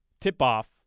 tip-off